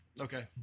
Okay